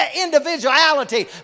individuality